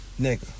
Nigga